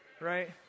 right